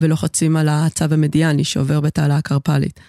ולוחצים על העצב מדיאני שעובר בתעלה הקרפלית.